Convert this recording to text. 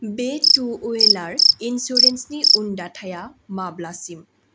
बे two wheeler इन्सुरेन्सनि उन्दाथाया माब्लासिम